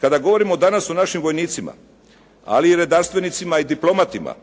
Kada govorimo danas o našim vojnicima, ali i redarstvenicima i diplomatima